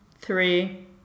three